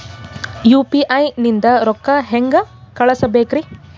UPI ನಿಂದ ರೊಕ್ಕ ಹೆಂಗ ಕಳಸಬೇಕ್ರಿ?